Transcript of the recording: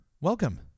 Welcome